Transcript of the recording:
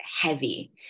heavy